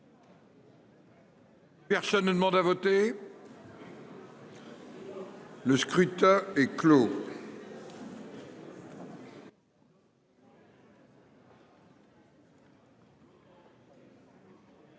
Personne ne demande à voter. Le scrutin est clos.